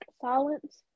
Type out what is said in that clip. silence